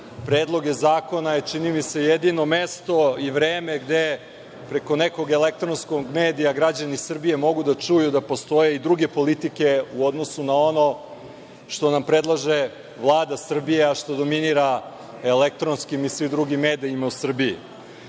predloge zakona je, čini mi se, jedino mesto i vreme gde, preko nekog elektronskog medija, građani Srbije mogu da čuju da postoje i druge politike u odnosu na ono što nam predlaže Vlada Srbije, a što dominira elektronskim i svim drugim medijima u Srbiji. Tako